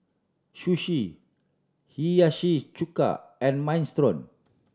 Sushi Hiyashi Chuka and Minestrone